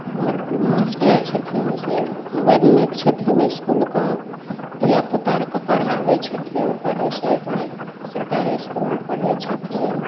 master छथिन से बड्ड नीक छथिन इसकुलके धिआपुता आओरके पढ़ाबै छथिन पढ़ै छै अपने सरकारी इसकुलमे पढ़ै छथिन